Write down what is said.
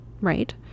right